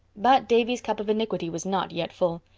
but davy's cup of iniquity was not yet full.